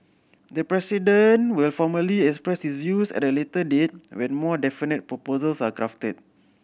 the President will formally express his views at a later date when more definite proposals are crafted